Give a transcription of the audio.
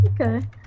Okay